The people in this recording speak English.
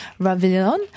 Ravillon